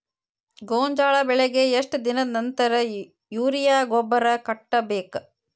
ಗೋಂಜಾಳ ಬೆಳೆಗೆ ಎಷ್ಟ್ ದಿನದ ನಂತರ ಯೂರಿಯಾ ಗೊಬ್ಬರ ಕಟ್ಟಬೇಕ?